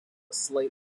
slate